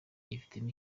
yifitemo